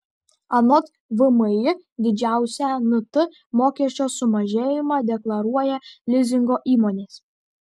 anot vmi didžiausią nt mokesčio sumažėjimą deklaruoja lizingo įmonės